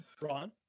Ron